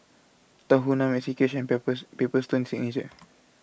Tahuna Maxi Cash and Paper Paper Stone Signature